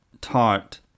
taught